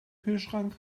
kühlschrank